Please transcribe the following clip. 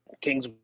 Kings